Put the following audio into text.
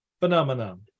phenomenon